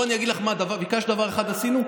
בואי אני אגיד לך: ביקשת דבר אחד שעשינו,